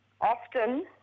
often